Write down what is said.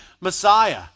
Messiah